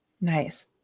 Nice